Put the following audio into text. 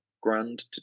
grand